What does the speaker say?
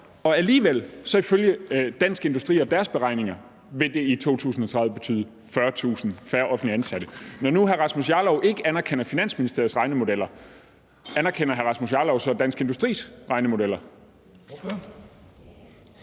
og alligevel vil det ifølge Dansk Industri og deres beregninger betyde 40.000 færre offentligt ansatte i 2030. Når nu hr. Rasmus Jarlov ikke anerkender Finansministeriets regnemodeller, anerkender hr. Rasmus Jarlov så Dansk Industris regnemodeller?